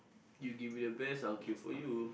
you you would have best I would kill for you